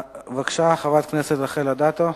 בבקשה, חברת הכנסת רחל אדטו,